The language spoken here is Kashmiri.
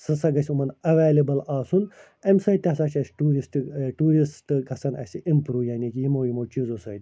سُہ ہسا گَژھہِ یِمن ایٚولیبٕل آسُن اَمہِ سۭتۍ تہِ ہَسا چھِ اسہِ ٹیٛوٗرِسٹہٕ ٲں ٹیٛوٗرسٹہٕ گَژھَن اسہِ اِمپرٛوٗ یعنی کہِ یمو یمو چیٖزو سۭتۍ